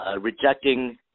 rejecting